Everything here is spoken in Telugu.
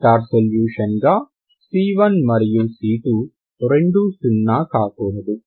వెక్టార్ సొల్యూషన్ గా c1 మరియు c2 రెండూ 0 సున్నాzero కాకూడదు